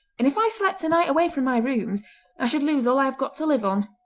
and if i slept a night away from my rooms i should lose all i have got to live on.